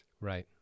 Right